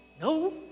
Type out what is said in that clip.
No